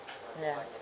ya